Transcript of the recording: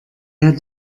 hat